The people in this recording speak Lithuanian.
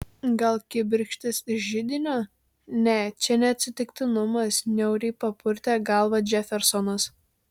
gal kibirkštis iš židinio ne čia ne atsitiktinumas niauriai papurtė galvą džefersonas